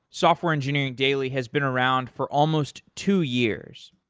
software engineering daily has been around for almost two years.